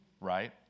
right